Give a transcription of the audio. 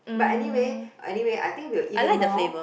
but anyway anyway I think will eat it more